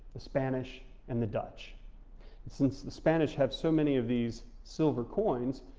the spanish and the dutch. and since the spanish have so many of these silver coins,